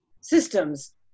systems